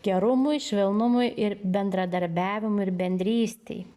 gerumui švelnumui ir bendradarbiavimui ir bendrystei